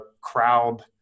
crowd